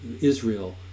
Israel